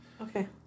Okay